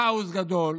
כאוס גדול,